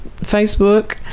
Facebook